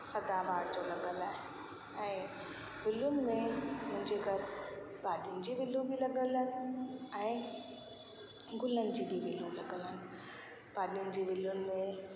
सदाबाहर जो लॻलि आहे ऐं गुलनि में मुंहिंजे घरु भाॼियुनि जूं विल बि लॻलि आहिनि ऐं गुलनि जी बि विलूं लॻलि आहिनि भाॼियुनि जी विलुनि में